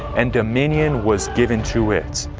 and dominion was given to it.